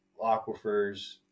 aquifers